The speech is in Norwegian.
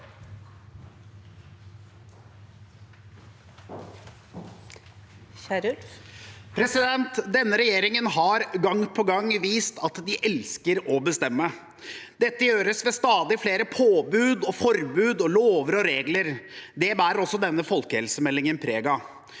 Denne regjering- en har gang på gang vist at den elsker å bestemme. Dette gjøres med stadig flere påbud og forbud og lover og regler. Det bærer også denne folkehelsemeldingen preg